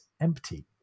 empty